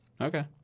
Okay